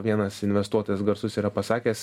vienas investuotojas garsus yra pasakęs